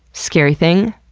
scary thing,